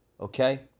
okay